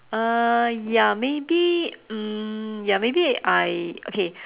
uh ya maybe um ya maybe I okay